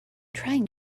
trying